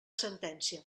sentència